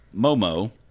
momo